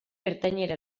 ertainera